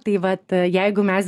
tai vat jeigu mes